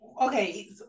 okay